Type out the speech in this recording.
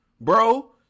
bro